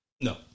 No